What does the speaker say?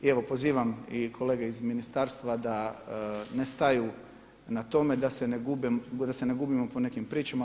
I evo pozivam i kolege iz ministarstva da ne staju na tome, da se ne gubimo po nekim pričama.